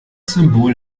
symbol